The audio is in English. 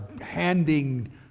handing